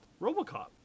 Robocop